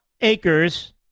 acres